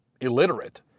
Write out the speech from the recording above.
illiterate